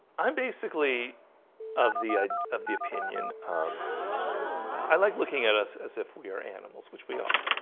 um basically of the of the opinion um i like looking at us as if we are animals, which we are.